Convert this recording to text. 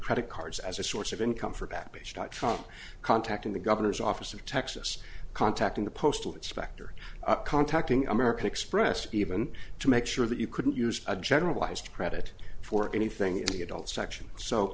credit cards as a source of income for backpage dot from contacting the governor's office of texas contacting the postal inspector contacting american express even to make sure that you couldn't use a generalized credit for anything in the adult section so